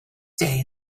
day